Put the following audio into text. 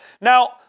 Now